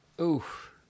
Oof